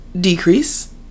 decrease